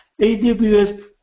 AWS